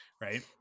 right